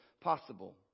possible